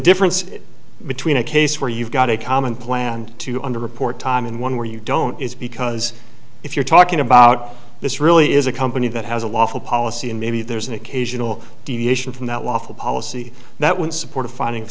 difference between a case where you've got a common planned to under report time and one where you don't is because if you're talking about this really is a company that has a lawful policy and maybe there's an occasional deviation from that lawful policy that would support a finding